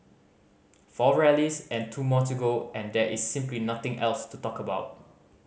four rallies and two more to go and there is simply nothing else to talk about